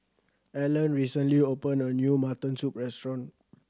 Alan recently opened a new mutton soup restaurant